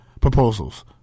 proposals